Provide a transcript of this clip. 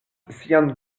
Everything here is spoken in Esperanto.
sian